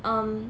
um